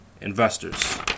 investors